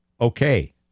Okay